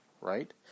right